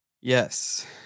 Yes